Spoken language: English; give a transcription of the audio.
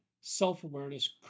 self-awareness